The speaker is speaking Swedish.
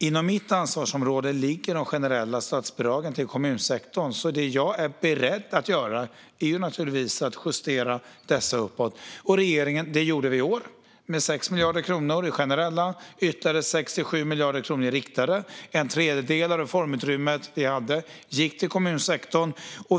Inom mitt ansvarsområde ligger de generella statsbidragen till kommunsektorn, så det jag är beredd att göra är givetvis att justera dessa uppåt. Det har regeringen gjort i år med 6 miljarder kronor i generellt stöd och ytterligare 6-7 miljarder i riktade stöd. En tredjedel av reformutrymmet gick till kommunsektorn.